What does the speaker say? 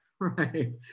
right